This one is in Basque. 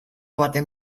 baten